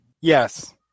Yes